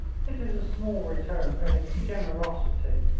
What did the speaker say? it is a small return for his generosity.